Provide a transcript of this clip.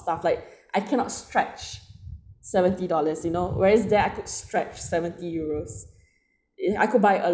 stuff like I cannot stretch seventy dollars you know whereas there I could stretch seventy euros in I could buy